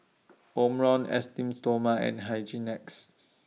Omron Esteem Stoma and Hygin X